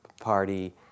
party